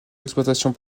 l’exploitation